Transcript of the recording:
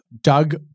Doug